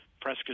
Press